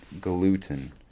gluten